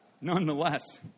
Nonetheless